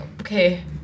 Okay